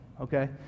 Okay